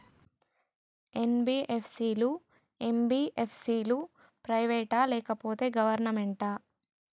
NBFC లు, MBFC లు private ఆ లేకపోతే గవర్నమెంటా?